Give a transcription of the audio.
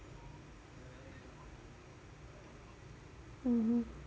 mmhmm